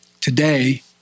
Today